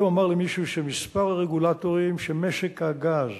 היום אמר לי מישהו שמספר הרגולטורים שמשק הגז